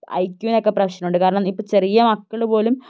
I ക്യൂവിന് ഒക്കെ പ്രശ്നമുണ്ട് കാരണം ഇപ്പോള് ചെറിയ മക്കൾ പോലും